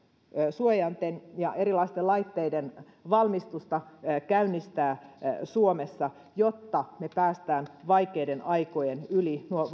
suojainten ja erilaisten laitteiden valmistusta käynnistää suomessa jotta me pääsemme vaikeiden aikojen yli nuo